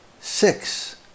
Six